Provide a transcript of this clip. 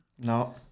No